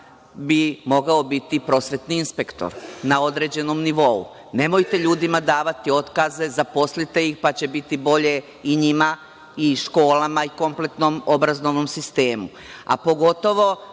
bi mogao biti prosvetni inspektor na određenom nivou. Nemojte ljudima davati otkaze, zaposlite ih, pa će biti bolje i njima i školama i kompletnom obrazovnom sistemu,